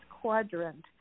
quadrant